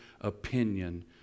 opinion